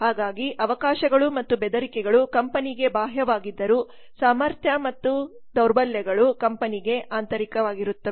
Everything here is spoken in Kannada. ಹಾಗಾಗಿ ಅವಕಾಶಗಳು ಮತ್ತು ಬೆದರಿಕೆಗಳು ಕಂಪನಿಗೆ ಬಾಹ್ಯವಾಗಿದ್ದರೂ ಸಾಮರ್ಥ್ಯ ಮತ್ತು ದೌರ್ಬಲ್ಯಗಳು ಕಂಪನಿಗೆ ಆಂತರಿಕವಾಗಿರುತ್ತವೆ